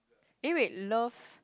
eh wait love